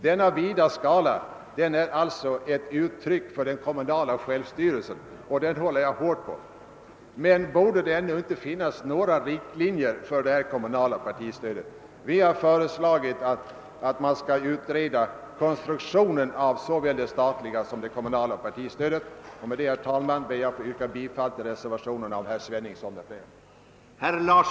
Denna vida skala är alltså ett uttryck för den kommunala självstyrelsen, och den håller jag hårt på. Men borde det ändå inte finnas några riktlinjer för detta kommunala partistöd? Vi har föreslagit att man skall utreda konstruktionen av såväl det statliga som det kommunala partistödet. Med dessa ord, herr talman, ber jag